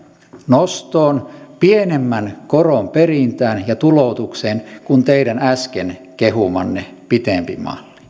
nostoon pienemmän koron perintään ja tuloutukseen kuin teidän äsken kehumanne pitempi malli